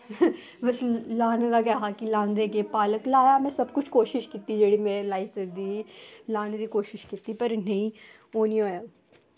ते लानै दा गै हा की लांदे केह् ते पालक बी लाया ते में सबकुछ कोशिश कीती जेह्ड़ी में लाई सकदी ही लानै दी कोशिश कीती पर इन्नी ओह् निं ऐ